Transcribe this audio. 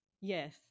Yes